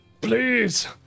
please